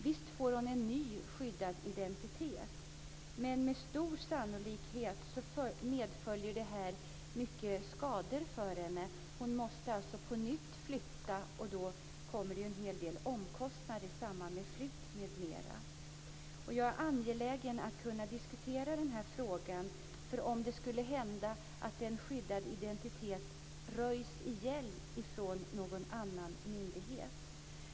Visst får hon en ny skyddad identitet, men med stor sannolikhet för det här med sig mycket skador för henne. Hon måste alltså flytta på nytt. Och i samband med flytten blir det en hel del omkostnader m.m. Jag är angelägen om att diskutera den här frågan, eftersom det skulle kunna hända att en skyddad identitet röjs igen av någon annan myndighet.